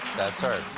that's her.